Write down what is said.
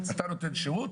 אתה נותן שירות